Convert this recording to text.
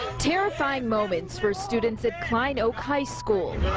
terrifying moments for students at klein oak high school.